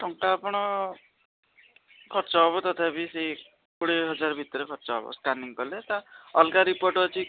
ଟଙ୍କା ଆପଣ ଖର୍ଚ୍ଚ ହବ ତଥାପି ସେଇ କୋଡ଼ିଏ ହଜାର ଭିତରେ ଖର୍ଚ୍ଚ ହବ ସ୍କାନିଂ କଲେ ତା ଅଲଗା ରିପୋର୍ଟ ଅଛି